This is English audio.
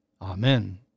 Amen